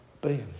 boom